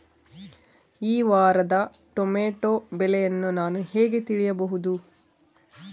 ಈ ವಾರದ ಟೊಮೆಟೊ ಬೆಲೆಯನ್ನು ನಾನು ಹೇಗೆ ತಿಳಿಯಬಹುದು?